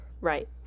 right